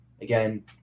Again